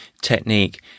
technique